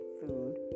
Food